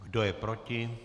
Kdo je proti?